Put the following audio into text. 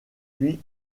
puis